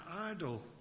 idol